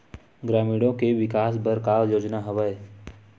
ग्रामीणों के विकास बर का योजना हवय?